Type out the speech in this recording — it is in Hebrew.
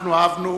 אנחנו אהבנו